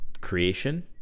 creation